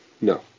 No